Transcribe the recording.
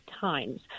times